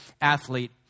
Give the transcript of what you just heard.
athlete